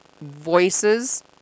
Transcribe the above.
voices